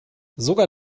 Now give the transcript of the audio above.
sogar